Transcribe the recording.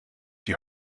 die